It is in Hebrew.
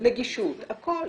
נגישות נגישות.